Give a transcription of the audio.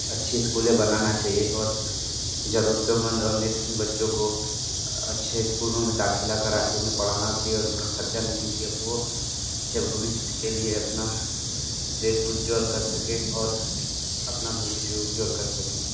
अच्छी स्कूलें बनाना चाहिए और ज़रूरतमंद और नेत्रहीन बच्चों को अच्छे स्कूलों में दाखिला करा के उन्हें पढ़ाना चाहिए और उनका खर्च ना क्योंकि वो अच्छे भविष्य के लिए अपना देश उज्जवल कर सकें और अपना भविष्य उज्जवल कर सकें